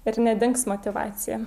ir nedings motyvacija